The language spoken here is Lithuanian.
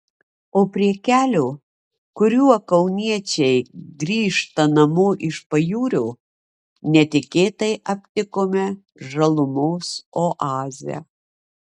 o prie kelio kuriuo kauniečiai grįžta namo iš pajūrio netikėtai aptikome žalumos oazę